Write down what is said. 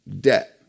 debt